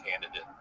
candidate